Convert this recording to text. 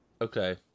Okay